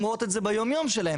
הן רואות את זה ביום יום שלהם.